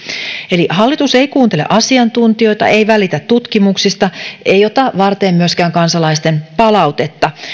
eli hallitus ei kuuntele asiantuntijoita ei välitä tutkimuksista ei ota varteen myöskään kansalaisten palautetta